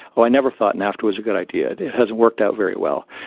oh, i never thought nafta was a good idea, it hasn't worked out very well.